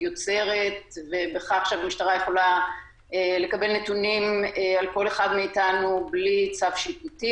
יוצרת בכך שהמשטרה יכולה לקבל נתונים על כל אחד מאיתנו בלי צו שיפוטי.